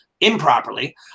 improperly